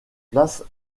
place